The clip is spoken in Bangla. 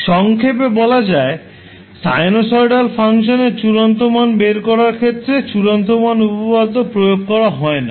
সংক্ষেপে বলা যায় সাইনোসয়েডাল ফাংশনের চূড়ান্ত মান বের করার ক্ষেত্রে চূড়ান্ত মান উপপাদ্য প্রয়োগ হয় না